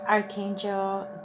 Archangel